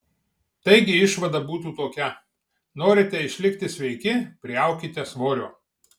taigi išvada būtų tokia norite išlikti sveiki priaukite svorio